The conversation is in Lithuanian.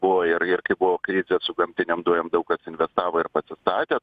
buvo ir ir kai buvo krizė su gamtinėm dujom daug kas investavo ir pasistatė